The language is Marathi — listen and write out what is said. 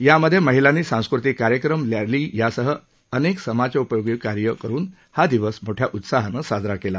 यामध्ये महिलांनी सांस्कृतिक कार्यक्रम रॅलीसह अनेक समाजउपयोगी कार्य करून हा दिवस मोठ्या उत्साहानं साजरा केला